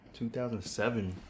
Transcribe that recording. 2007